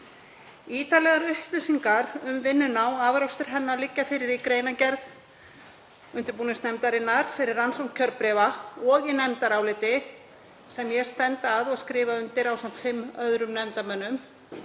Ítarlegar upplýsingar um vinnuna og afrakstur hennar liggja fyrir í greinargerð undirbúningsnefndar fyrir rannsókn kjörbréfa og í nefndaráliti sem ég stend að og skrifa undir ásamt fimm öðrum nefndarmönnum,